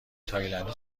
تایلندی